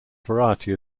variety